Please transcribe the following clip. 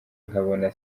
nkabona